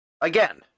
again